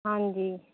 ਹਾਂਜੀ